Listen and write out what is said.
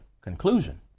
conclusion